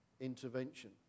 intervention